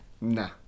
Nah